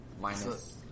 minus